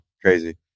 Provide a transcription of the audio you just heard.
crazy